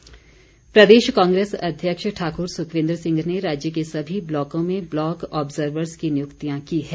सुक्ख प्रदेश कांग्रेस अध्यक्ष ठाक्र सुखविंदर सिंह ने राज्य के सभी ब्लॉकों में ब्लॉक ऑबजर्वरज की नियुक्तियां की है